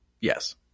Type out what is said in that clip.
yes